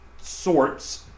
sorts